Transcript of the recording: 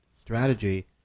strategy